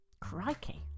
Crikey